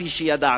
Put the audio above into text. כפי שידעתי.